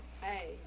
Hey